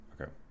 Okay